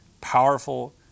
powerful